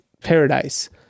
paradise